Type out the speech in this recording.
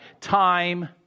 time